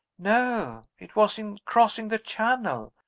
no it was in crossing the channel.